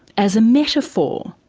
as a metaphor,